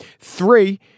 three